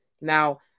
Now